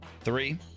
Three